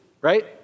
right